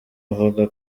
avuga